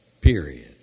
period